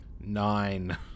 nine